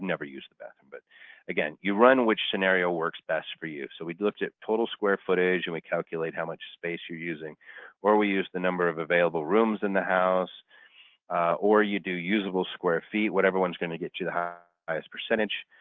never used the bathroom but again, you run which scenario works best for you. so we'd looked at total square footage and we calculate how much space you're using or we use the number of available rooms in the house or you do usable square feet. whatever one is going to get you the highest percentage